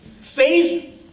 Faith